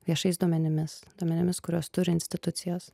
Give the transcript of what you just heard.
viešais duomenimis duomenimis kuriuos turi institucijos